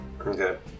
Okay